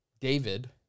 David